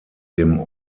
dem